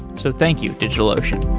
so thank you, digitalocean